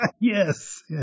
yes